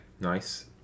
nice